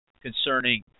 concerning